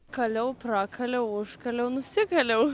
kaliau prakaliau užkaliau nusikaliau